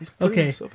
Okay